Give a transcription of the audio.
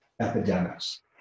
epidemics